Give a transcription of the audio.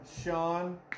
Sean